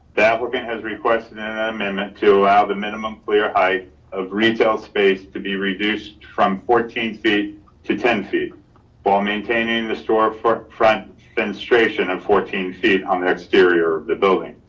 the applicant has requested an and amendment to ah the minimum clear height of retail space to be reduced from fourteen feet to ten feet while maintaining the store for front then station of fourteen feet on the exterior of the building.